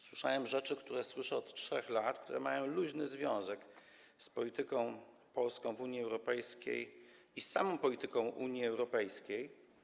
Słyszałem rzeczy, które słyszę od trzech lat i które mają luźny związek z polityką Polski w Unii Europejskiej i samą polityką Unii Europejskiej.